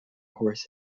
horse